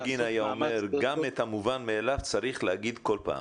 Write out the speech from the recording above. בגין היה אומר גם את המובן מאליו צריך להגיד כל פעם.